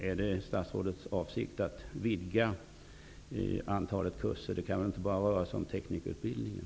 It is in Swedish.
Är det statsrådets avsikt att öka antalet kurser? Det kan inte bara röra sig om teknikerutbildningen.